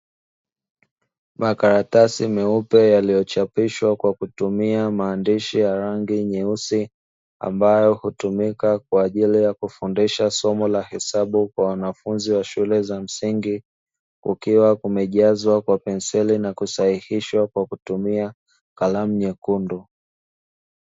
Makaratasi meupe yaliyochapishwa kwa kutumia maandishi ya rangi nyeusi ambayo hutumika kwa ajili ya kufundisha somo la hesabu kwa wanafunzi wa shule za msingi, kukiwa kumejazwa kwa penseli na kusahihishwa kwa kutumia kalamu nyekundu.